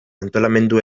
antolamendu